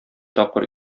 тапкыр